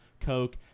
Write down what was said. coke